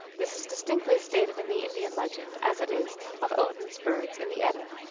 this is distinctly stated in the indian legend, as it is of odin s birds in the edda.